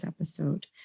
episode